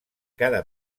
cada